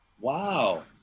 Wow